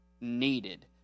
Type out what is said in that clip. needed